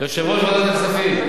יושב-ראש ועדת הכספים.